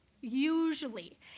usually